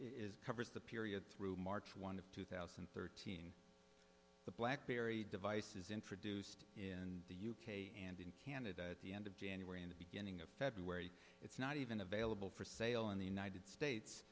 is covers the period through march one of two thousand and thirteen the black berry device is introduced in the u k and in canada at the end of january and the ending of february it's not even available for sale in the united states